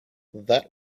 that